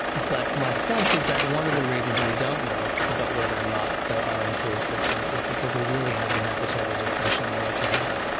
but my sense is that one of the reasons we don't know about whether or not there are improved systems is because we really haven't had the type of discussion we need to have.